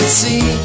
see